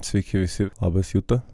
sveiki visi labas juta